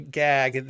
gag